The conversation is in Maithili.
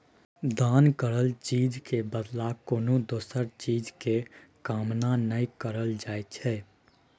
दान करल चीज के बदला कोनो दोसर चीज के कामना नइ करल जाइ छइ